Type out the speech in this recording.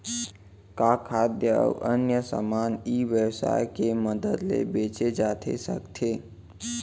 का खाद्य अऊ अन्य समान ई व्यवसाय के मदद ले बेचे जाथे सकथे?